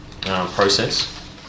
process